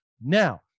Now